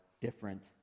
different